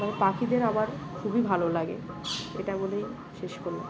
পাখিদের আমার খুবই ভালো লাগে এটা বলেই শেষ করি